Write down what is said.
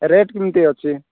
ଏ rate କେମିତି ଅଛି